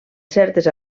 certes